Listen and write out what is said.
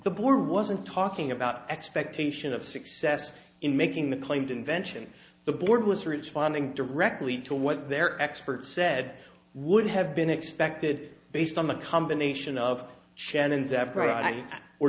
the bor wasn't talking about expectation of success in making the claimed invention the board was responding directly to what their expert said would have been expected based on the combination